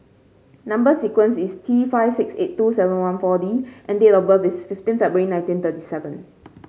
number sequence is T five six eight two seven one four D and date of birth is fifteen February nineteen thirty seven